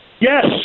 Yes